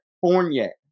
Fournier